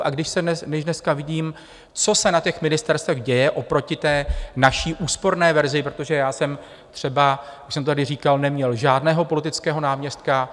A když dneska vidím, co se na těch ministerstvech děje oproti naší úsporné verzi protože já jsem třeba, už jsem to tady říkal, neměl žádného politického náměstka.